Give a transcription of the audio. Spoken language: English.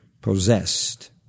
possessed